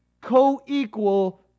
co-equal